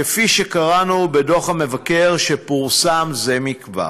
כפי שקראנו בדוח המבקר שפורסם זה מכבר.